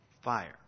fire